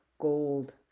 gold